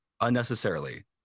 unnecessarily